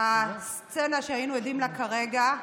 הסצנה שהיינו עדים לה כרגע,